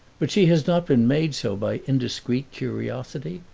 but she has not been made so by indiscreet curiosity,